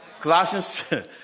Colossians